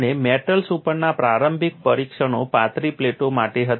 અને મેટલ્સ ઉપરના પ્રારંભિક પરીક્ષણો પાતળી પ્લેટો માટે હતા